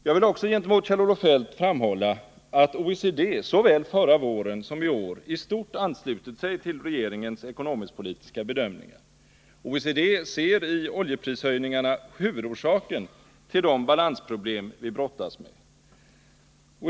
Jag vill gentemot Kjell-Olof Feldt också framhålla att OECD såväl förra våren som i år i stort har anslutit sig till regeringens ekonomisk-politiska bedömningar. OECD ser i oljeprishöjningarna huvudorsaken till de balansproblem som vi brottas med.